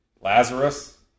Lazarus